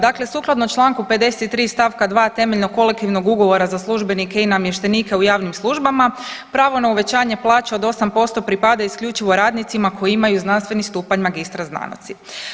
Dakle, sukladno Članku 53. stavka 2. Temeljnog Kolektivnog ugovora za službenike i namještenike u javnim službama pravo na uvećanje plaće od 8% pripada isključivo radnicima koji imaju znanstveni stupanj magistra znanosti.